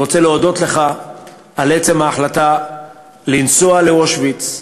אני רוצה להודות לך על עצם ההחלטה לנסוע לאושוויץ.